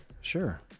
Sure